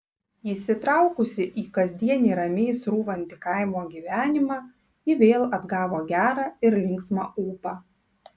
įsitraukusi į kasdienį ramiai srūvantį kaimo gyvenimą ji vėl atgavo gerą ir linksmą ūpą